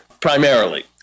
primarily